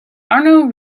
arno